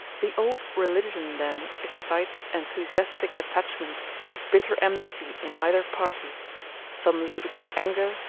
the old religion then excites enthusiastic attachment or bitter enmity in either party some leave it with anger,